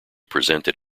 presented